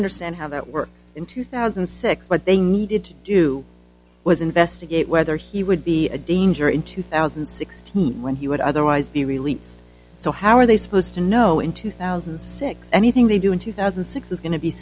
understand how that works in two thousand and six what they needed to do was investigate whether he would be a danger in two thousand and sixteen when he would otherwise be released so how are they supposed to know in two thousand and six anything they do in two thousand and six is going to be